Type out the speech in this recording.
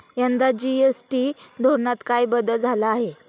यंदा जी.एस.टी धोरणात काय बदल झाला आहे?